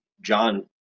John